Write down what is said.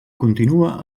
continua